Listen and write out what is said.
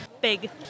Big